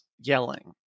yelling